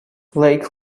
lake